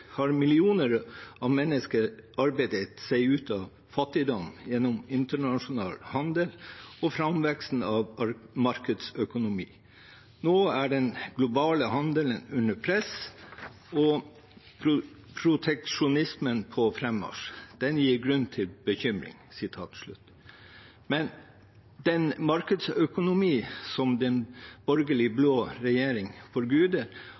har millioner av mennesker arbeidet seg ut av fattigdom gjennom internasjonal handel og fremveksten av markedsøkonomi. Nå er den globale handelen under press og proteksjonisme på fremmarsj. Det gir grunn til bekymring.» Den markedsøkonomien som den borgerlige blå regjeringen forguder,